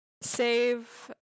save